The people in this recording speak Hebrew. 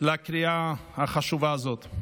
לקריאה החשובה הזאת.